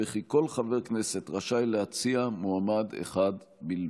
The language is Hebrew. וכי כל חבר כנסת רשאי להציע מועמד אחד בלבד".